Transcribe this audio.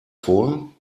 vor